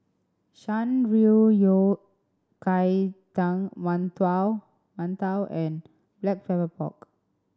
Shan Rui Yao Cai Tang mantou mantou and Black Pepper Pork